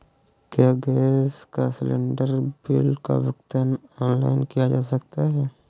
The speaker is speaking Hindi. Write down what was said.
क्या गैस सिलेंडर बिल का भुगतान ऑनलाइन किया जा सकता है?